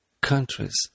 countries